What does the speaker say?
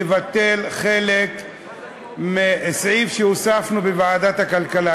לבטל חלק מסעיף שהוספנו בוועדת הכלכלה,